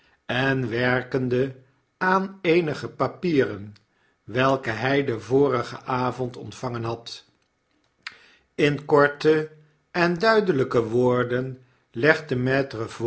en werkende aan eenige papieren welke hy den vorigen avond ontvangen had in korte enduidelykewoordenlegde